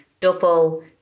double